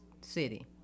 city